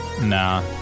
Nah